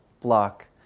block